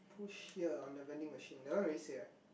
push here on the vending machine that one already say right